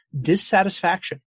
dissatisfaction